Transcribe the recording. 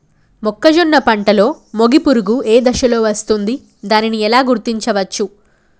మొక్కజొన్న పంటలో మొగి పురుగు ఏ దశలో వస్తుంది? దానిని ఎలా గుర్తించవచ్చు?